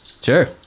Sure